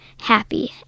happy